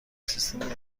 سیستم